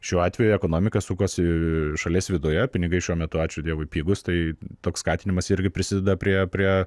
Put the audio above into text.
šiuo atveju ekonomika sukasi šalies viduje pinigai šiuo metu ačiū dievui pigūs tai toks skatinimas irgi prisideda prie prie